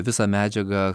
visą medžiagą